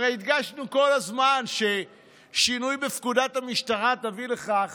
הרי הדגשנו כל הזמן ששינוי בפקודת המשטרה תביא לכך